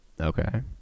okay